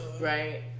right